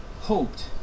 hoped